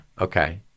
Okay